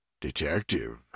Detective